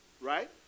right